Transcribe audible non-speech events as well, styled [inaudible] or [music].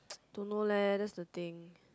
[noise] don't know leh that's the thing